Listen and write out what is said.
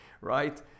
right